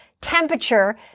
temperature